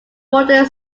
modern